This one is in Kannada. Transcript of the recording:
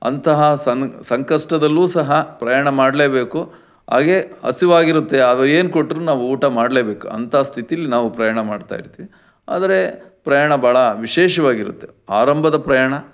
ಅಂತಹ ಸನ್ ಸಂಕಷ್ಟದಲ್ಲೂ ಸಹ ಪ್ರಯಾಣ ಮಾಡಲೇಬೇಕು ಹಾಗೇ ಹಸಿವಾಗಿರುತ್ತೆ ಆಗ ಏನು ಕೊಟ್ರೂ ನಾವು ಊಟ ಮಾಡ್ಲೇಬೇಕು ಅಂತ ಸ್ಥಿತೀಲ್ಲಿ ನಾವು ಪ್ರಯಾಣ ಮಾಡ್ತಾ ಇರ್ತೀವಿ ಆದರೆ ಪ್ರಯಾಣ ಭಾಳ ವಿಶೇಷವಾಗಿರುತ್ತೆ ಆರಂಭದ ಪ್ರಯಾಣ